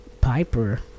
Piper